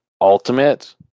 Ultimate